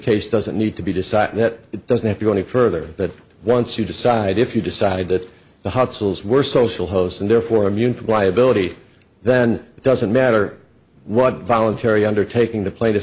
case doesn't need to be decided that it doesn't have to go any further that once you decide if you decide that the hot souls were social host and therefore immune from liability then it doesn't matter what voluntary undertaking the pla